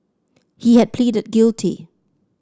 he had pleaded guilty